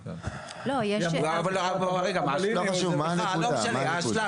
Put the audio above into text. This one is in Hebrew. לא חשוב מה הנקודה.